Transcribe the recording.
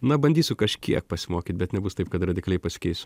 na bandysiu kažkiek pasimokyt bet nebus taip kad radikaliai pasikeisiu